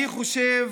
אני חושב